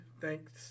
Thanks